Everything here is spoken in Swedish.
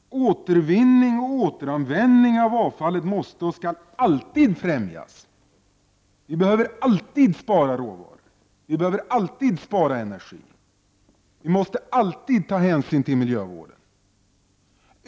Återvinning och återanvändning av avfallet måste och skall alltid främjas. Vi behöver alltid spara råvaror. Vi behöver alltid spara energi. Vi måste alltid ta hänsyn till miljövården.